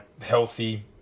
healthy